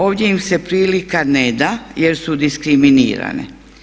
Ovdje im se prilika ne da jer su diskriminirane.